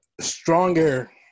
stronger